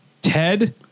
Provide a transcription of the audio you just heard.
Ted